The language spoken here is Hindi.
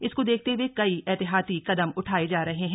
इसको देखते हुए कई एहतियाती कदम उठाये जा रहे हैं